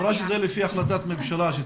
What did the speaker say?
היא אמרה שזה לפי החלטת ממשלה.